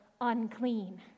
unclean